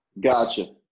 gotcha